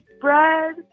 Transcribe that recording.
bread